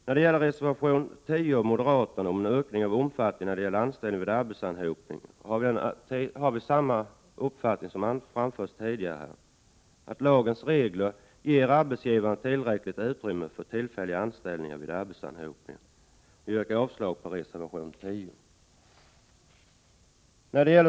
När det gäller reservation 10 av moderaterna om en ökning av möjligheten till anställningar vid arbetsanhopningar, har vi samma uppfattning som vi framfört tidigare, nämligen att lagens regler ger arbetsgivarna tillräckligt utrymme för tillfälliga anställningar vid arbetsanhopningar. Jag yrkar avslag på reservation nr 10.